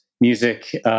Music